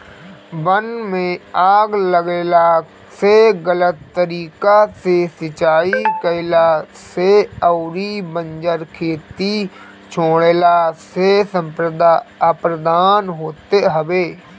वन में आग लागला से, गलत तरीका से सिंचाई कईला से अउरी बंजर खेत छोड़ला से मृदा अपरदन होत हवे